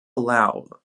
allow